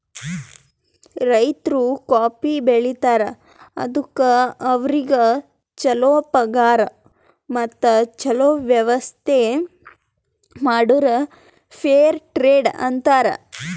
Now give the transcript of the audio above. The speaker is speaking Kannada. ರೈತರು ಕಾಫಿ ಬೆಳಿತಾರ್ ಅದುಕ್ ಅವ್ರಿಗ ಛಲೋ ಪಗಾರ್ ಮತ್ತ ಛಲೋ ವ್ಯವಸ್ಥ ಮಾಡುರ್ ಫೇರ್ ಟ್ರೇಡ್ ಅಂತಾರ್